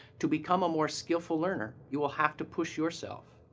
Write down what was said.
to become a more skillful learner, you will have to push yourself.